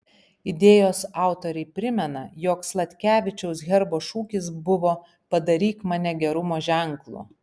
idėjos autoriai primena jog sladkevičiaus herbo šūkis buvo padaryk mane gerumo ženklu